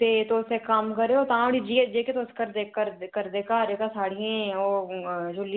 ते तुस इक कम्म करेओ जेह्का तुस करदे घर चुल्ली